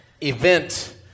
event